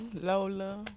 Lola